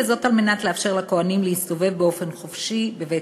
וזאת על מנת לאפשר לכוהנים להסתובב באופן חופשי בבית-החולים.